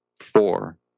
four